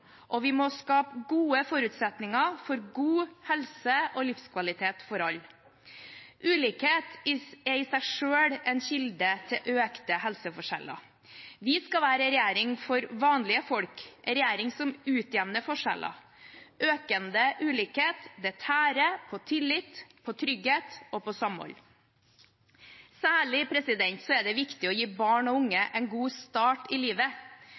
og vi må skape gode forutsetninger for god helse og livskvalitet for alle. Ulikhet er i seg selv en kilde til økte helseforskjeller. Vi skal være en regjering for vanlige folk, en regjering som utjevner forskjeller. Økende ulikhet tærer på tillit, på trygghet og på samhold. Særlig er det viktig å gi barn og unge en god start i livet.